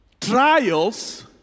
Trials